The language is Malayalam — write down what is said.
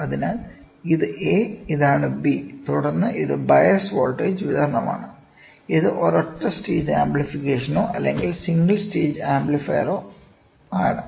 അതിനാൽ ഇത് A ഇതാണ് B തുടർന്ന് ഇത് ബയാസ് വോൾട്ടേജ് വിതരണമാണ് ഇത് ഒരൊറ്റ സ്റ്റേജ് ആംപ്ലിഫിക്കേഷനോ അല്ലെങ്കിൽ സിംഗിൾ സ്റ്റേജ് ആംപ്ലിഫയറിനോ ആണ്